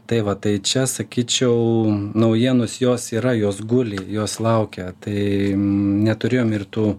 tai va tai čia sakyčiau naujienos jos yra jos guli jos laukia tai neturėjome ir tų